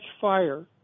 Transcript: fire